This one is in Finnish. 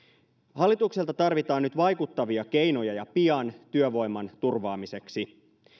hallitukselta tarvitaan nyt vaikuttavia keinoja ja pian työvoiman turvaamiseksi